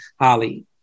Holly